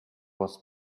was